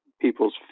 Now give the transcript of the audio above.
people's